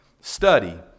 study